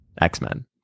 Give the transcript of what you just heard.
X-Men